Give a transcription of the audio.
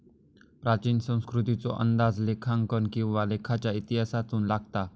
प्राचीन संस्कृतीचो अंदाज लेखांकन किंवा लेखाच्या इतिहासातून लागता